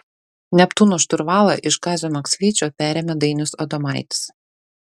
neptūno šturvalą iš kazio maksvyčio perėmė dainius adomaitis